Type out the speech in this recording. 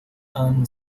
and